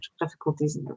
difficulties